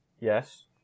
Yes